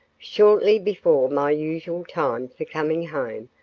shortly before my usual time for coming home,